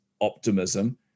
optimism